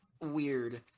weird